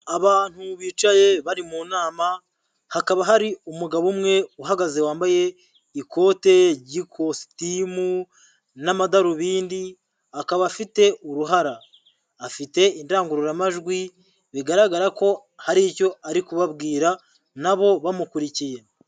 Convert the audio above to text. Abantu bicaye bari mu nama, hakaba hari umugabo umwe uhagaze wambaye ikote ry'ikositimu n'amadarubindi akaba afite uruhara, afite indangururamajwi bigaragara ko hari icyo ari kubabwira na bo bamukurikiye.